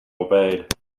obeyed